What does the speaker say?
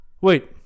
Wait